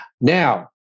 Now